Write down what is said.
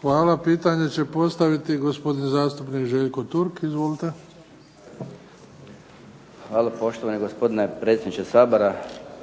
Hvala. Pitanje će postaviti gospodin zastupnik Željko Turk. Izvolite. **Turk, Željko (HDZ)** Hvala. Poštovani gospodine predsjedniče Sabora,